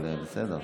אבל בסדר.